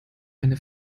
eine